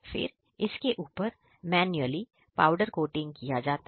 फिर इसके ऊपर मैनुअली पाउडर कोटिंग किया जाता है